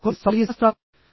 కొన్ని సౌందర్యశాస్త్రాలు